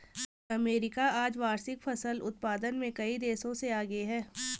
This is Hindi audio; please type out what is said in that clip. अमेरिका आज वार्षिक फसल उत्पादन में कई देशों से आगे है